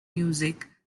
music